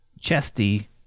Chesty